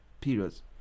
periods